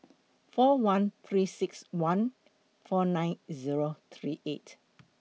four one three six one four nine Zero three eight